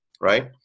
right